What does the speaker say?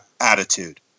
attitude